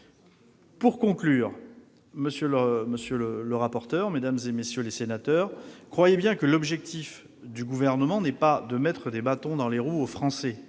Pour conclure, monsieur le rapporteur, mesdames, messieurs les sénateurs, croyez bien que l'objectif du Gouvernement n'est pas de mettre des bâtons dans les roues aux Français,